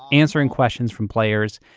answering questions from players.